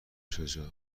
شجاع